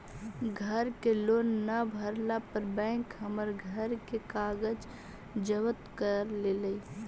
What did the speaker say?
घर के लोन न भरला पर बैंक हमर घर के कागज जब्त कर लेलई